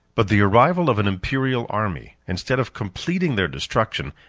but the arrival of an imperial army, instead of completing their destruction,